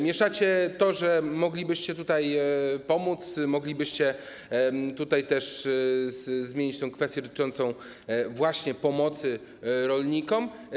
Mieszacie to, że moglibyście tutaj pomóc, moglibyście też zmienić tę kwestię dotyczącą pomocy rolnikom.